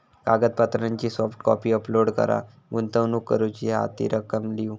कागदपत्रांची soft copy upload कर, गुंतवणूक करूची हा ती रक्कम लिव्ह